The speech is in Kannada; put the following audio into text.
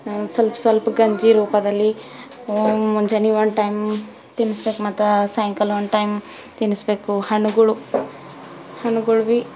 ಸ್ವಲ್ಪ ಸ್ವಲ್ಪ ಗಂಜಿ ರೂಪದಲ್ಲಿ ಮುಂಜಾನೆ ಒಂದ್ ಟೈಮ್ ತಿನ್ನಿಸ್ಬೇಕು ಮತ್ತು ಸಾಯಂಕಾಲ ಒಂದ್ ಟೈಮ್ ತಿನ್ನಿಸ್ಬೇಕು ಹಣ್ಣುಗಳು ಹಣ್ಣುಗಳು